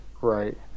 right